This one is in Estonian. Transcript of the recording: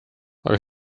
aga